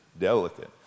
delicate